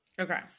Okay